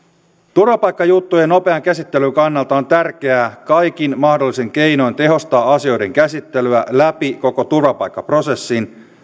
turvapaikkajuttujen nopean käsittelyn kannalta on tärkeää kaikin mahdollisin keinoin tehostaa asioiden käsittelyä läpi koko turvapaikkaprosessin